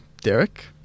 Derek